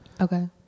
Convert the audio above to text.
Okay